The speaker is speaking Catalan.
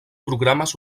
programes